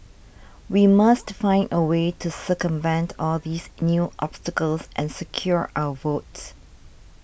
we must find a way to circumvent all these new obstacles and secure our votes